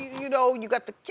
you know, you got the,